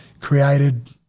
created